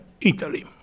Italy